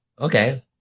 Okay